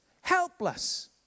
helpless